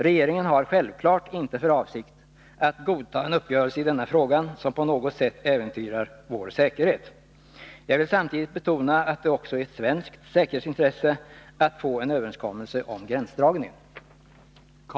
Regeringen har självfallet inte för avsikt att godta en uppgörelse i den här frågan som på något sätt äventyrar vår säkerhet. Jag vill samtidigt betona att det också är ett svenskt säkerhetsintresse att få en överenskommelse om gränsdragningen.